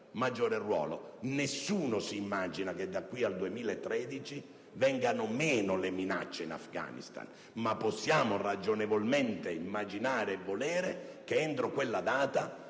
maggiore. Nessuno s'immagina che da qui al 2013 vengano meno le minacce in Afghanistan, ma possiamo ragionevolmente immaginare, e volere, che entro quella data